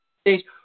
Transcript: stage